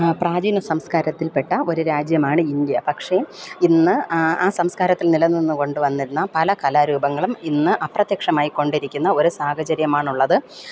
പ്രാചീന സംസ്കാരത്തിൽപ്പെട്ട ഒരു രാജ്യമാണ് ഇന്ത്യ പക്ഷെ ഇന്ന് ആ സംസ്കാരത്തിൽ നിലനിന്നു കൊണ്ട് വന്നിരുന്ന പല കലാരൂപങ്ങളും ഇന്ന് അപ്രത്യക്ഷമായി കൊണ്ടിരിക്കുന്ന ഒരു സാഹചര്യമാണുള്ളത്